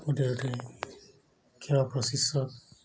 ଗୋଟେ ଗୋଟେ ଖେଳ ପ୍ରଶିକ୍ଷକ